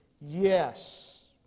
Yes